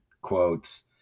quotes